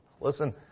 listen